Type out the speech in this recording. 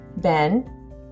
Ben